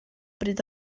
bryd